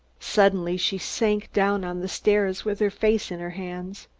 suddenly she sank down on the stairs, with her face in her hands.